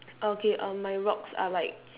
okay um my rocks are like